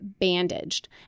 bandaged